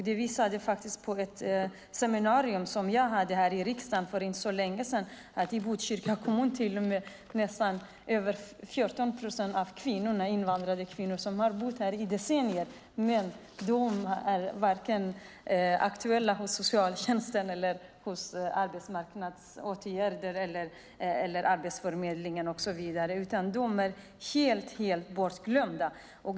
Det visade sig på ett seminarium jag hade här i riksdagen för inte så länge sedan att det i Botkyrka kommun till och med är över 14 procent av de invandrade kvinnor som har bott här i decennier som varken är aktuella hos socialtjänsten, i arbetsmarknadsåtgärder eller på Arbetsförmedlingen och så vidare. De är helt bortglömda.